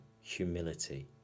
humility